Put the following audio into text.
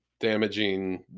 damaging